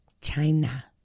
China